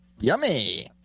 Yummy